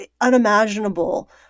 unimaginable